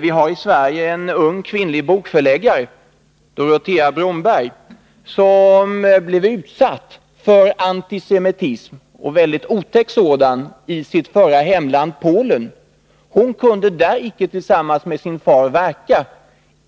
Vi har här i Sverige en ung, kvinnlig bokförläggare, Dorotea Bromberg, som blev utsatt för antisemitism — en väldigt otäck sådan — i sitt förra hemland, det kommunistiska Polen. Hon kunde inte verka där tillsammans med sin far